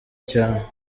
cyane